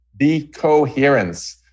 Decoherence